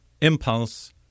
impulse